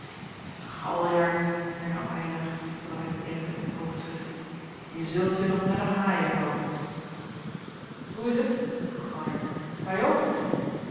galjart hernam eylar terwijl hij bedenkelijk het hoofd schudde je zult je nog naar de haaien helpen hoe is t vroeg galjart sta je op